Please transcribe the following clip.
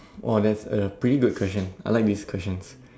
!wah! that's a pretty good question I like this question